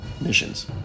missions